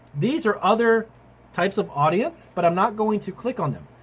these are other types of audience but i'm not going to click on them.